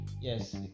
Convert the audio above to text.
yes